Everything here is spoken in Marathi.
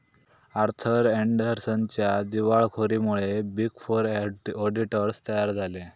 आर्थर अँडरसनच्या दिवाळखोरीमुळे बिग फोर ऑडिटर्स तयार झाले